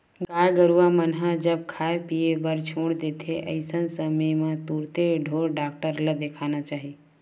गाय गरुवा मन ह जब खाय पीए बर छोड़ देथे अइसन समे म तुरते ढ़ोर डॉक्टर ल देखाना चाही